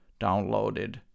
downloaded